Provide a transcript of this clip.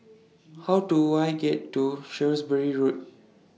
How Do I get to Shrewsbury Road